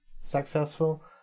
Successful